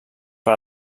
per